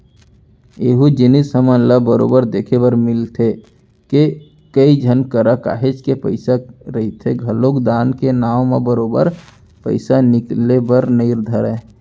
एहूँ जिनिस हमन ल बरोबर देखे बर मिलथे के, कई झन करा काहेच के पइसा रहिके घलोक दान के नांव म बरोबर पइसा निकले बर नइ धरय